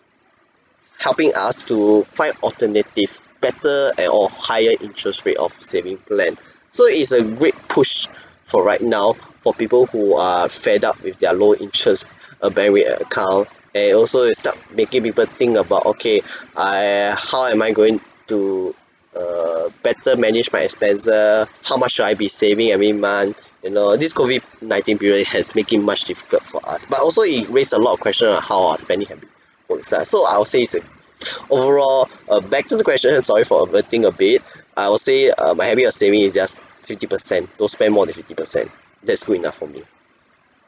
helping us to find alternative better and of higher interest rate of saving plan so it's a great push for right now for people who are fed up with their low interest uh bank with a account and also it stopped making people think about okay I how am I going to err better manage my expenses how much should I be saving every month you know this COVID nineteen period has make it much difficult for us but also it raise a lot of question on how our spending habit put aside so I'll say it's a overall uh back to the question sorry for averting a bit I would say uh my habit of saving is just fifty per cent don't spend more than fifty per cent that's good enough for me